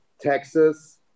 Texas